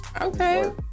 Okay